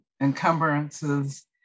encumbrances